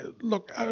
look